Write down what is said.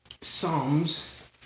Psalms